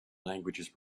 languages